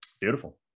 Beautiful